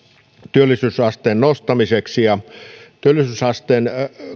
työllisyysasteen nostamiseksi työllisyysasteen